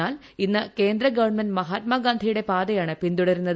എന്നാൽ ഇന്ന് കേന്ദ്ര ഗവൺമെന്റ് മഹാത്മാഗാന്ധിയുടെ പാതയാണ് പിന്തുടരുന്നത്